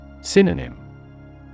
Synonym